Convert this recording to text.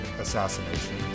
assassination